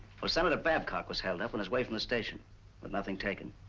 well, senator babcock was held up on his way from the station but nothing taken.